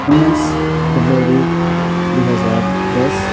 उन्नाइस फेब्रुअरी दुई हजार दस